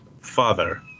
Father